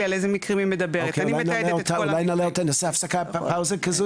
אין לנו שום כוונה לפגוע ספצפית בקצאא.